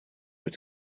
its